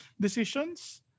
decisions